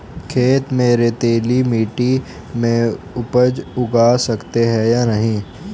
खेत में रेतीली मिटी में उपज उगा सकते हैं या नहीं?